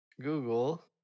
Google